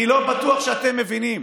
אני לא בטוח שאתם מבינים.